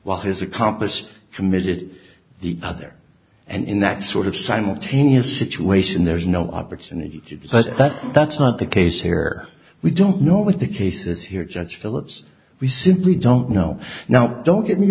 while his accomplice committed the other and in that sort of simultaneous situation there's no opportunity to do that that's not the case here we don't know what the case is here judge phillips we simply don't know now don't get me